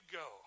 go